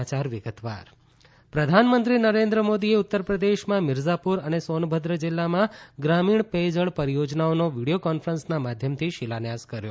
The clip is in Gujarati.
પ્રધાનમંત્રી શિલાન્યાસ પ્રધાનમંત્રી નરેન્દ્ર મોદીએ ઉત્તરપ્રદેશમાં મિરઝાપુર અને સોનભદ્ર જિલ્લામાં ગ્રામીણ પેયજળ પરિયોજનાઓનો વિડીયો કોન્ફરન્સના માધ્યમથી શિલાન્યાસ કર્યો